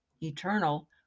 eternal